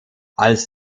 als